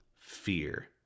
fear